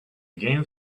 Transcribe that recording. game